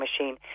machine